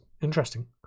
interesting